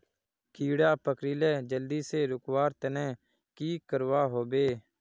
कीड़ा पकरिले जल्दी से रुकवा र तने की करवा होबे?